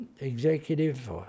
executive